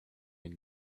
and